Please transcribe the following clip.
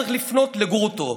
צריך לפנות לגרוטו,